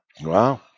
Wow